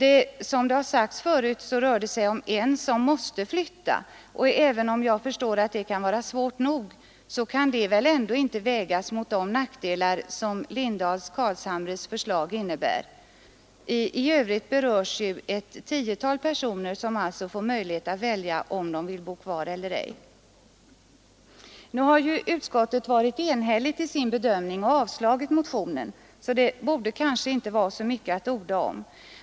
Som tidigare nämnts är det emellertid bara en, som måste flytta, och även om jag förstår att det kan vara svårt nog, så kan det ändå inte uppväga de nackdelar som Lindahls-Carlshamres förslag innebär. I övrigt berörs ett tiotal personer som alltså får möjlighet att välja om de vill bo kvar eller ej. Nu har ju utskottet varit enhälligt i sin bedömning och avstyrkt motionen, så det borde kanske inte vara så mycket att orda om.